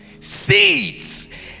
seeds